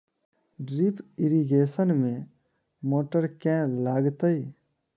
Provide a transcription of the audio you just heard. Drip irrigation मे motor केँ लागतै?